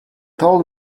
told